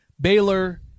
Baylor